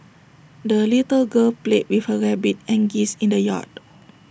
the little girl played with her rabbit and geese in the yard